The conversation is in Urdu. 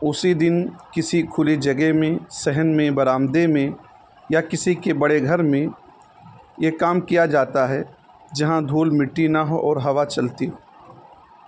اسی دن کسی کھلی جگہ میں صحن میں برآمدے میں یا کسی کے بڑے گھر میں یہ کام کیا جاتا ہے جہاں دھول مٹی نہ ہو اور ہوا چلتی ہو